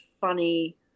funny